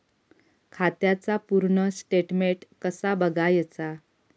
खात्याचा पूर्ण स्टेटमेट कसा बगायचा?